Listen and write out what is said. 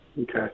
Okay